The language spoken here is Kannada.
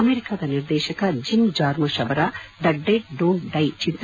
ಅಮೆರಿಕಾದ ನಿರ್ದೇಶಕ ಜಿಮ್ ಜಾರ್ಮುಷ್ ಅವರ the dead don't die Chitra